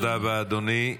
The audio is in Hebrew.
תודה רבה, אדוני.